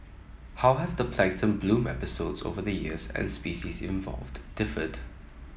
how have the plankton bloom episodes over the years and species involved differed